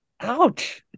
Ouch